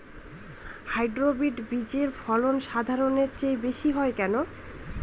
Hybrid বীজের ফলন সাধারণের চেয়ে বেশী হয় কেনো?